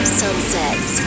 sunsets